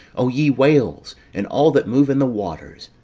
o ye whales, and all that move in the waters,